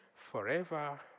forever